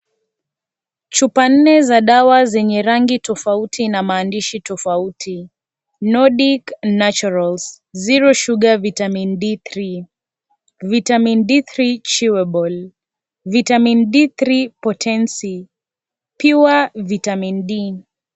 Chupa nne za dawa zenye rangi tofauti na maandishi tofauti nodic naturals zero sugar vitamin D3 , Vitamin D3 chewable , vitamin D3 potensy , pure vitamin D .